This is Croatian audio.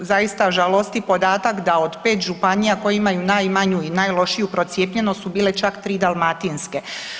Zaista žalosti podatak da od 5 županija koje imaju najmanju i najlošiju procijepljenost su bile čak tri dalmatinske.